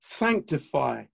sanctify